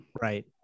Right